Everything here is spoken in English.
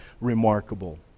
remarkable